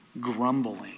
grumbling